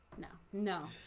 no. no,